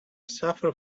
suffer